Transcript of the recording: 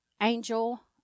Angel